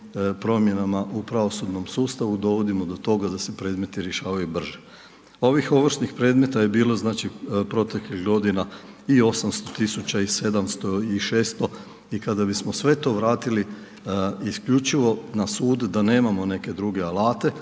promjenama u pravosudnom sustavu dovodimo do toga da se predmeti rješavaju brže. Ovih ovršnih predmeta je bilo proteklih godina i 800 tisuća i 700 i 600 i kada bismo sve to vratili isključivo na sud da nemamo neke druge alate,